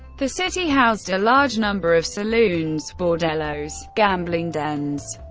the city housed a large number of saloons, bordellos, gambling dens,